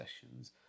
sessions